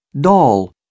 Doll